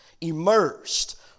immersed